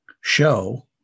show